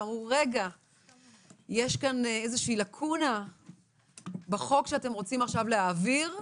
והם אמרו שיש כאן איזושהי לקונה בחוק שאנחנו רצינו להעביר אז,